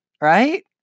right